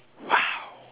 !wow!